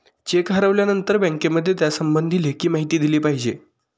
check हरवल्यानंतर बँकेमध्ये त्यासंबंधी लेखी माहिती दिली पाहिजे